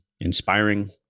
inspiring